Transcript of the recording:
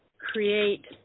create